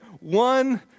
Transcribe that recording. One